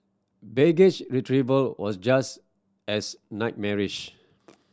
baggage retrieval was just as nightmarish